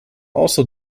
also